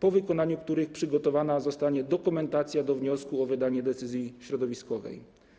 po wykonaniu których przygotowana zostanie dokumentacja do wniosku o wydanie decyzji środowiskowej.